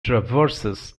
traverses